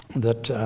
that